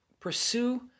Pursue